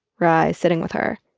ry sitting with her,